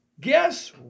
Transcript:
Guess